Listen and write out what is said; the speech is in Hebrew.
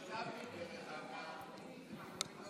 משת"פים, אני